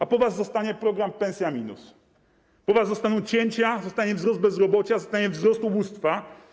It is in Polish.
A po was zostanie program pensja?, po was zostaną cięcia, zostanie wzrost bezrobocia, zostanie wzrost ubóstwa.